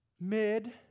mid